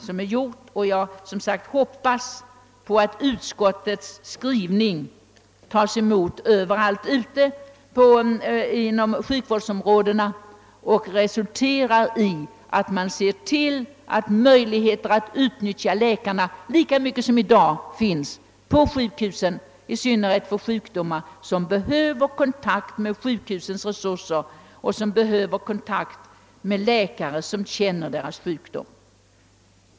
Som sagt hoppas jag, att utskottets skrivning överallt ute i sjukvårdsområdena resulterar i att möjligheter att utnyttja läkarna på sjukhusen lika mycket som i dag säkras, i synnerhet för patienter som behöver kontakt med sjukhusens resurser och med läkare som känner deras sjukdom.